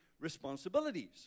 responsibilities